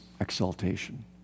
exaltation